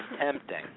tempting